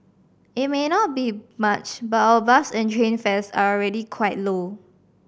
it may not be much but our bus and train fares are already quite low